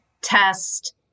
test